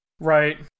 Right